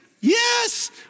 Yes